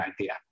idea